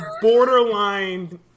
borderline